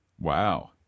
Wow